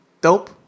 dope